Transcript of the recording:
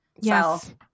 Yes